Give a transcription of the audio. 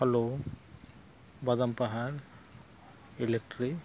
hello Badampahar electric